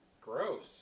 Gross